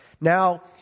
Now